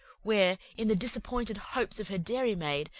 where, in the disappointed hopes of her dairy-maid,